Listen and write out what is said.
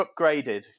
upgraded